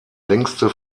längste